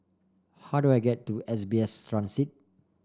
how do I get to S B S Transit